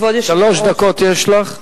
שלוש דקות יש לך.